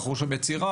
מכרו שם יצירה,